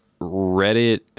Reddit